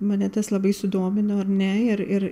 mane tas labai sudomino ar ne ir ir